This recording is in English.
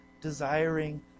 desiring